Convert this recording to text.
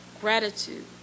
Gratitude